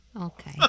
Okay